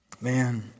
man